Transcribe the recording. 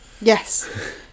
Yes